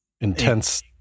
Intense